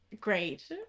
great